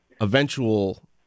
eventual